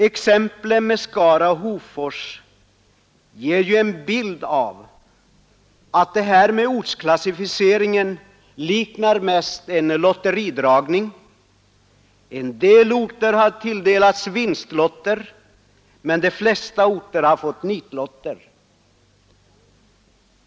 Exemplen med Skara och Hofors ger ju en bild av att det här med ortsklassificeringen mest liknar en lotteridragning; en del orter har dragit vinstlotter, men de flesta har fått nitlotter.